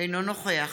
אינו נוכח